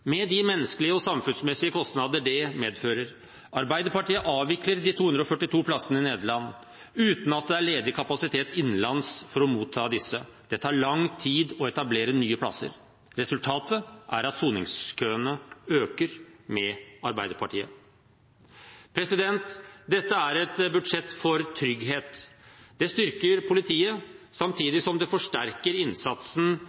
med de menneskelige og samfunnsmessige kostnader det medfører. Arbeiderpartiet vil avvikle de 242 plassene i Nederland uten at det er ledig kapasitet innenlands for å motta de innsatte. Det tar lang tid å etablere nye plasser. Resultatet er at soningskøene øker med Arbeiderpartiet. Dette er et budsjett for trygghet. Det styrker politiet. Samtidig forsterker det innsatsen